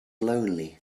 lonely